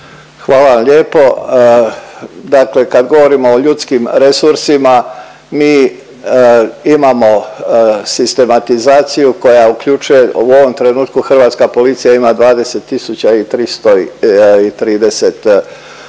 Hvala vam lijepo. Dakle, kad govorimo o ljudskim resursima mi imamo sistematizaciju koja uključuje, u ovom trenutku hrvatska policija ima 20.330